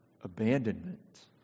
abandonment